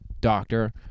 doctor